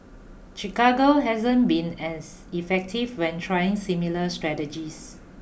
Chicago hasn't been as effective when trying similar strategies